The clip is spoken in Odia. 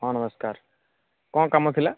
ହଁ ନମସ୍କାର କ'ଣ କାମ ଥିଲା